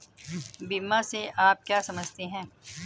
बीमा से आप क्या समझते हैं?